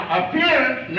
appearance